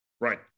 Right